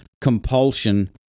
compulsion